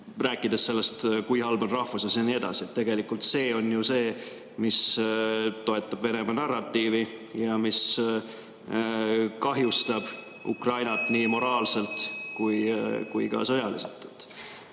rääkides, kui halb on rahvuslus ja nii edasi. Tegelikult see on ju see, mis toetab Venemaa narratiivi ja mis kahjustab Ukrainat nii moraalselt kui ka sõjaliselt.